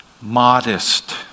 modest